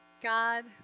god